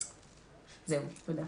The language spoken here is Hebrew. תודה.